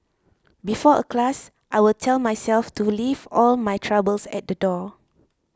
before a class I will tell myself to leave all my troubles at the door